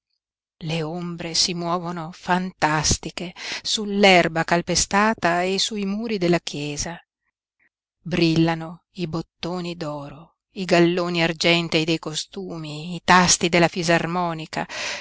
le ombre si muovono fantastiche sull'erba calpestata e sui muri della chiesa brillano i bottoni d'oro i galloni argentei dei costumi i tasti della fisarmonica